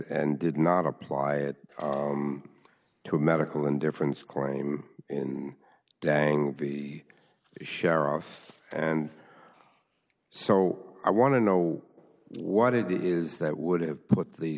and did not apply it to medical indifference claim in dang the sheriff and so i want to know what it is that would have put the